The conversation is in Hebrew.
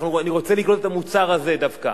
אני רוצה לקנות את המוצר הזה דווקא.